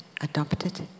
adopted